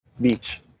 beach